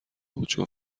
بود، چون